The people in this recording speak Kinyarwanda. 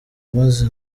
umeze